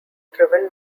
driven